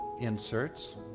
inserts